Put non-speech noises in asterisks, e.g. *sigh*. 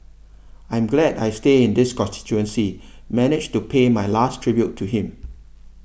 I'm glad I stay in this *unintelligible* managed to pay my last tribute to him